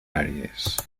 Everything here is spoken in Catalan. àrees